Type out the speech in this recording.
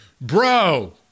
bro